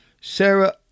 Sarah